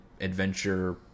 adventure